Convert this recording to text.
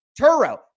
Turo